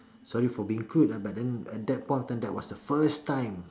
sorry for being crude ah but then at that point of time that was the first time